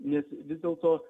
nes vis dėlto